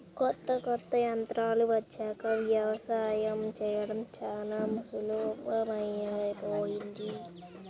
కొత్త కొత్త యంత్రాలు వచ్చాక యవసాయం చేయడం చానా సులభమైపొయ్యింది